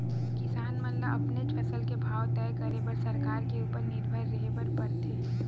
किसान मन ल अपनेच फसल के भाव तय करे बर सरकार के उपर निरभर रेहे बर परथे